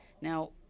Now